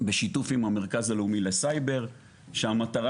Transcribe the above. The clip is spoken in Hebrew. בשיתוף עם המרכז הלאומי לסייבר שהמטרה